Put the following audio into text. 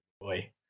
Boy